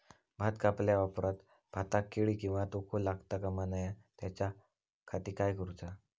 भात कापल्या ऑप्रात भाताक कीड किंवा तोको लगता काम नाय त्याच्या खाती काय करुचा?